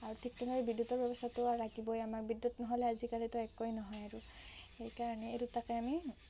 আৰু ঠিক তেনেদৰে বিদ্যুতৰ ব্যৱস্থাটো লাগিবই আমাক বিদ্যুত নহ'লে আজিকালিতো একোৱেই নহয় আৰু সেইকাৰণে এই দুটাকে আমি